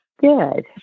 Good